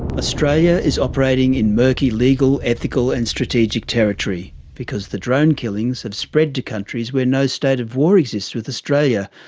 australia is operating in murky legal, ethical and strategic territory because the drone killings have spread to countries where no state of war exists with australia,